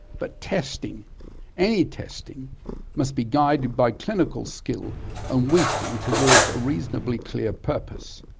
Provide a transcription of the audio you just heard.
but testing any testing must be guided by clinical skill and wisdom toward a reasonably clear purpose.